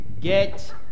get